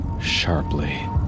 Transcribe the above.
sharply